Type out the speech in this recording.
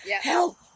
help